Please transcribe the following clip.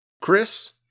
Chris